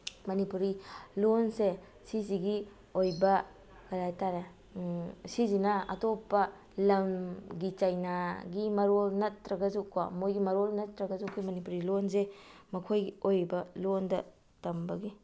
ꯃꯅꯤꯄꯨꯔꯤ ꯂꯣꯟꯁꯦ ꯁꯤꯁꯤꯒꯤ ꯑꯣꯏꯕ ꯀꯔꯤꯍꯥꯏꯇꯥꯔꯦ ꯁꯤꯁꯤꯅ ꯑꯇꯣꯞꯄ ꯂꯝꯒꯤ ꯆꯩꯅꯥꯒꯤ ꯃꯔꯣꯜ ꯅꯠꯇ꯭ꯔꯒꯁꯨꯀꯣ ꯃꯣꯏꯒꯤ ꯃꯔꯣꯜ ꯅꯠꯇ꯭ꯔꯒꯁꯨ ꯑꯩꯈꯣꯏ ꯃꯅꯤꯄꯨꯔꯤ ꯂꯣꯟꯁꯦ ꯃꯈꯣꯏꯒꯤ ꯑꯣꯏꯕ ꯂꯣꯟꯗ ꯇꯝꯕꯒꯤ